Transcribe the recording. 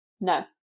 no